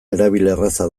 erabilerraza